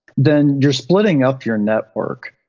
then you're splitting up your network.